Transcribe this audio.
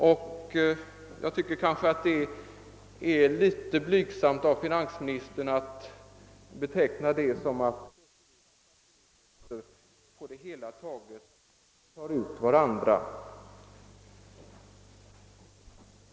Det är alltså blygsamt i överkant av finansministern att säga att kursstegringar och kursförluster på det hela taget tar ut varandra.